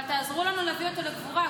אבל תעזרו לנו להביא אותו לקבורה.